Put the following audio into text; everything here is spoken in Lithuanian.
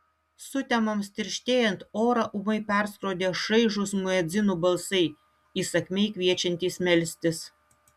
sutemoms tirštėjant orą ūmai perskrodė šaižūs muedzinų balsai įsakmiai kviečiantys melstis